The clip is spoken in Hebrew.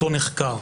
נחקר.